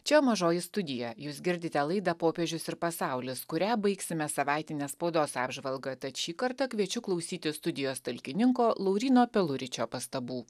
čia mažoji studija jūs girdite laida popiežius ir pasaulis kurią baigsime savaitine spaudos apžvalga tad šį kartą kviečiu klausytis studijos talkininko lauryno peluričio pastabų